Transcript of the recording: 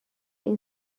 این